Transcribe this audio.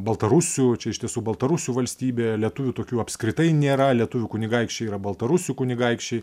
baltarusių čia iš tiesų baltarusių valstybė lietuvių tokių apskritai nėra lietuvių kunigaikščiai yra baltarusių kunigaikščiai